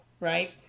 right